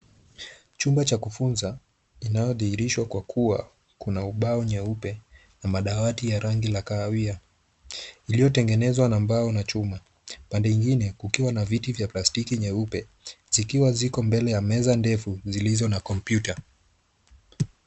Chumba cha kufunza, inaodhihirishwa kwa kuwa kuna ubao mweupe madawati ya rangi ya kahawia iliyotengenezwa na mbao na chuma. Pande ingine kukiwa na viti vya plastiki nyeupe zikiwa ziko mbele ya meza ndefu zilizo na kompyuta.